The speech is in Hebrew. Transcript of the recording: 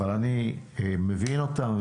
אבל אני מבין אותם,